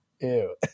Ew